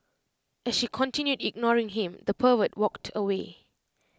as she continued ignoring him the pervert walked away